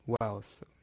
wealth